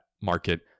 market